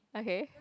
okay